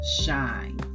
shine